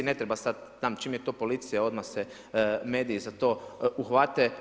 Ne treba sad, znam čim je to policija odmah se mediji za to uhvate.